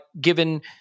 given